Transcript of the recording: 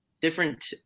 different